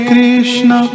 Krishna